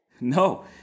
No